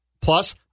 Plus